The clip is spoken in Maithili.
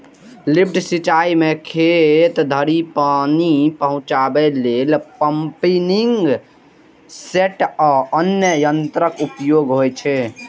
लिफ्ट सिंचाइ मे खेत धरि पानि पहुंचाबै लेल पंपिंग सेट आ अन्य यंत्रक उपयोग होइ छै